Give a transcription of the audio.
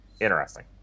Interesting